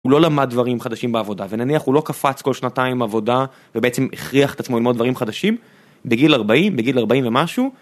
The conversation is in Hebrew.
הוא לא למד דברים חדשים בעבודה ונניח הוא לא קפץ כל שנתיים עבודה ובעצם הכריח את עצמו ללמוד דברים חדשים בגיל 40, בגיל 40 ומשהו.